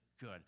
good